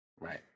right